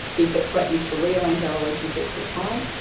if it threatens to rearrange our relationships to time,